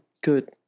Good